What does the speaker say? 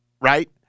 right